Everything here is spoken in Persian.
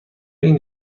این